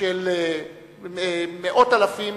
של מאות אלפים